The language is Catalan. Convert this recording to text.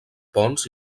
ponts